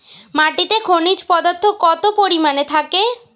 মাটিতে খনিজ পদার্থ কত পরিমাণে থাকে?